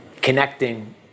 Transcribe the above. connecting